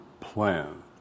plan